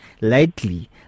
lightly